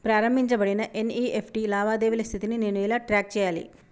ప్రారంభించబడిన ఎన్.ఇ.ఎఫ్.టి లావాదేవీల స్థితిని నేను ఎలా ట్రాక్ చేయాలి?